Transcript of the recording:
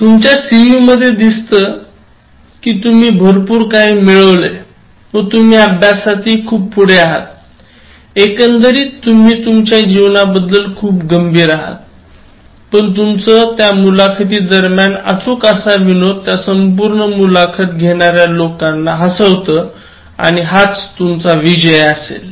तुमच्या CV मध्ये दिसत कि तुम्ही भरपूर काही मिळवलंय व तुम्ही अभ्यासात हि खूप पुढे आहात एकंदरीत तुम्ही तुमच्या जीवनाबद्दल खूप गंभीर आहात पण तुमचं त्या मुलाखती दरम्यान अचूक असा विनोद त्या संपूर्ण मुलाखत घेणाऱ्या लोकांना हसवत आणि हाच तुमचा विजय असेल